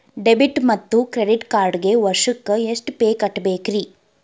Debit ಮತ್ತು credit ಕಾರ್ಡ್ಗೆ ವರ್ಷಕ್ಕ ಎಷ್ಟ ಫೇ ಕಟ್ಟಬೇಕ್ರಿ?